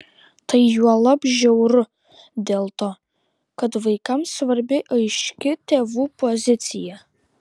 tai juolab žiauru dėl to kad vaikams svarbi aiški tėvų pozicija